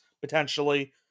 potentially